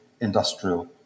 industrial